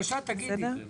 אנחנו